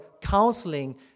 counseling